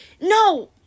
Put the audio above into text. no